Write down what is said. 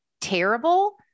terrible